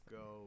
go